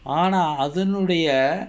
ஆனால் அதனுடைய:aanaal athanudaiya